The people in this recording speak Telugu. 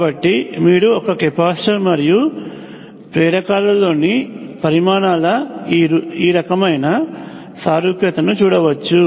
కాబట్టి మీరు ఒక కెపాసిటర్ మరియు ప్రేరకాలలోని పరిమాణాల ఈ రకమైన సారూప్యతను చూడవచ్చు